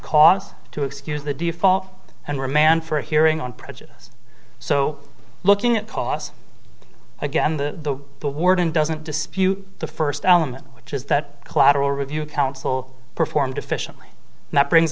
cause to excuse the default and remand for a hearing on prejudice so looking at cos again the the warden doesn't dispute the first element which is that collateral review council performed efficiently and that brings